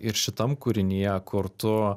ir šitam kūrinyje kur tu